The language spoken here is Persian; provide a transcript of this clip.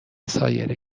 سایر